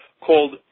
called